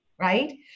right